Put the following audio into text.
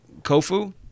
Kofu